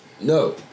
No